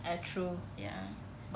ah true